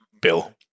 bill